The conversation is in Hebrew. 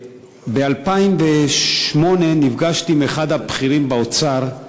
ב-2008 נפגשתי עם אחד הבכירים באוצר,